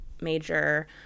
major